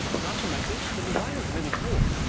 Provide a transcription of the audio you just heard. not to mention, the design is really cool.